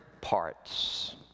parts